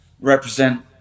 represent